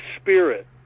spirit